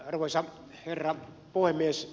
arvoisa herra puhemies